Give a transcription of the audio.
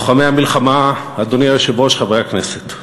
לוחמי המלחמה, אדוני היושב-ראש, חברי הכנסת,